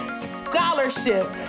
Scholarship